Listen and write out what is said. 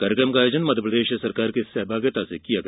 कार्यक्रम का आयोजन मध्यप्रदेष सरकार की सहभागिता से किया गया